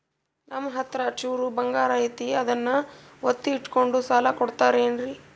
ನಮ್ಮಹತ್ರ ಚೂರು ಬಂಗಾರ ಐತಿ ಅದನ್ನ ಒತ್ತಿ ಇಟ್ಕೊಂಡು ಸಾಲ ಕೊಡ್ತಿರೇನ್ರಿ?